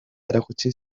erakutsi